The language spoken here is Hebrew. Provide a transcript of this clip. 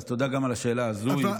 תודה גם על השאלה הזאת.